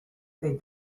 feed